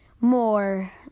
more